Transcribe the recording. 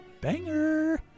Banger